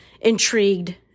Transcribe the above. intrigued